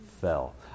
fell